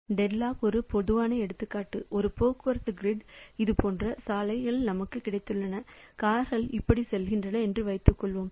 deadlock ஒரு பொதுவான எடுத்துக்காட்டு ஒரு போக்குவரத்து கிரிட் இது போன்ற சாலைகள் நமக்கு கிடைத்துள்ளன கார்கள் இப்படி செல்கின்றன என்று வைத்துக்கொள்வோம்